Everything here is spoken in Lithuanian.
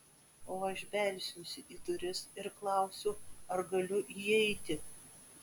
o aš belsiuosi į duris ir klausiu ar galiu įeiti